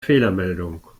fehlermeldung